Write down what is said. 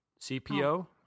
CPO